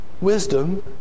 wisdom